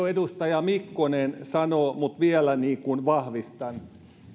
edustaja mikkonen jo sanoi mutta vielä vahvistan